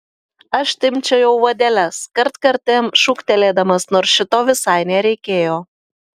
aš timpčiojau vadeles kartkartėm šūktelėdamas nors šito visai nereikėjo